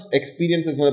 experiences